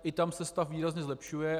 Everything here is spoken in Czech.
I tam se stav výrazně zlepšuje.